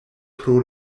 pro